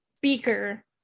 beaker